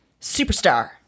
superstar